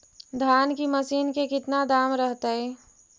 धान की मशीन के कितना दाम रहतय?